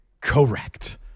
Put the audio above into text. Correct